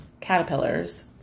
caterpillars